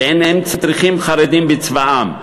ואין הם צריכים חרדים בצבאם,